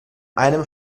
einem